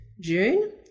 June